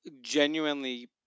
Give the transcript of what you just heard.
genuinely